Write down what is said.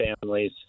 families